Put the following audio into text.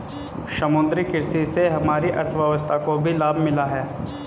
समुद्री कृषि से हमारी अर्थव्यवस्था को भी लाभ मिला है